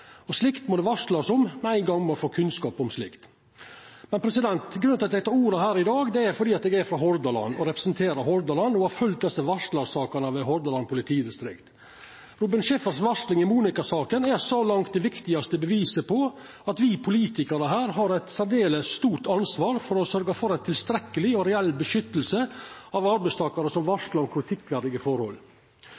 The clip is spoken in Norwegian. Slikt må det verta varsla om med ein gong ein får kunnskap om det. Grunnen til at eg tek ordet her i dag, er at eg er frå Hordaland, representerer Hordaland og har følgd desse varslarsakene ved Hordaland politidistrikt. Robin Schaefers varsling i Monika-saka er så langt det viktigaste beviset på at me politikarar har eit særdeles stort ansvar for å sørgja for eit tilstrekkeleg og reelt vern av arbeidstakarar som